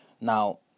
Now